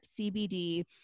CBD